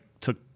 took